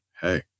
Hey